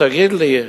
תגיד לי,